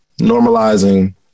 Normalizing